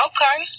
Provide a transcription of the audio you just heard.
Okay